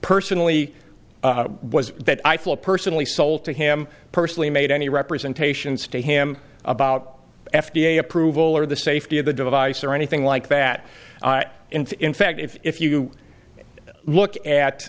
personally was that i feel personally sold to him personally made any representations to him about f d a approval or the safety of the device or anything like that and in fact if you i look at